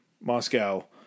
Moscow